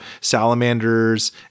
salamanders